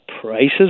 Prices